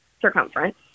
circumference